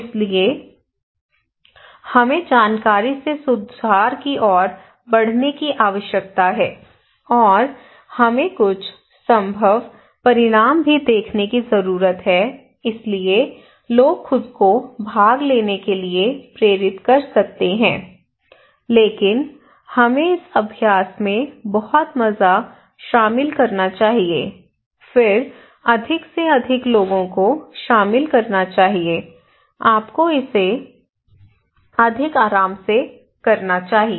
इसलिए हमें जानकारी से सुधार की ओर बढ़ने की आवश्यकता है और हमें कुछ संभव परिणाम भी देखने की जरूरत है इसीलिए लोग खुद को भाग लेने के लिए प्रेरित कर सकते हैं लेकिन हमें इस अभ्यास में बहुत मज़ा शामिल करना चाहिए फिर अधिक से अधिक लोगों को शामिल करना चाहिए आपको इसे अधिक आराम से करना चाहिए